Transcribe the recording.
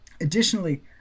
Additionally